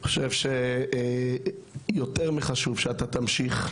אני חושב שיותר מחשוב שאתה תמשיך,